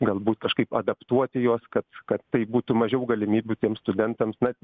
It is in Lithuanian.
galbūt kažkaip adaptuoti juos kad kad tai būtų mažiau galimybių tiem studentams na